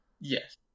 Yes